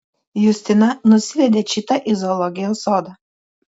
justina nusivedė čitą į zoologijos sodą